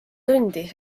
tundi